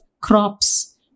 crops